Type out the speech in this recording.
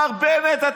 מר בנט,